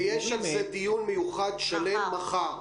יש על זה דיון מיוחד שלם מחר.